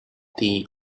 tea